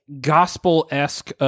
gospel-esque